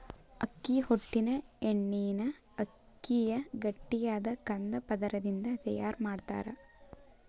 ಅಕ್ಕಿ ಹೊಟ್ಟಿನ ಎಣ್ಣಿನ ಅಕ್ಕಿಯ ಗಟ್ಟಿಯಾದ ಕಂದ ಪದರದಿಂದ ತಯಾರ್ ಮಾಡ್ತಾರ